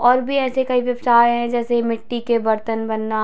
और भी ऐसे कई व्यवसाय हैं जैसे मिट्टी के बर्तन बनना